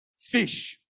Fish